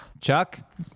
Chuck